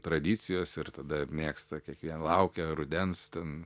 tradicijos ir tada mėgsta kiekvieną laukia rudens ten